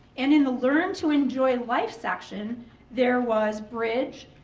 and in the learn to enjoy life section there was bridge,